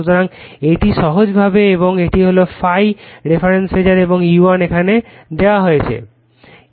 সুতরাং এটি সহজভাবে এবং এটি হল ∅ রেফারেন্স ফাসার এবং E1 এখানে দেওয়া হয়েছে